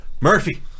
Murphy